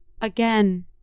again